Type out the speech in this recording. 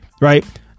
right